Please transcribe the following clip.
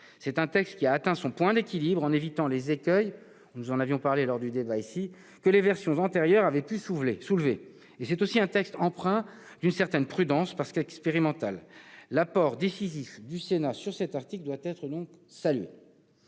C'est un texte qui a atteint son point d'équilibre en évitant les écueils que les versions antérieures avaient pu soulever. C'est aussi un texte empreint d'une certaine prudence, parce qu'il est expérimental. L'apport décisif du Sénat sur cet article doit être salué.